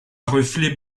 reflets